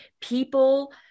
people